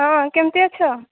ହଁ କେମତି ଅଛି